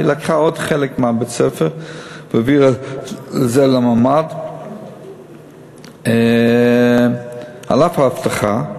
היא לקחה עוד חלק מבית-הספר והעבירה את זה לממ"ד על אף ההבטחה.